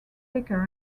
thicker